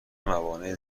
موانع